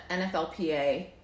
nflpa